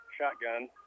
shotgun